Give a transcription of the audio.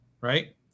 Right